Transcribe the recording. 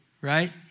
right